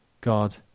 God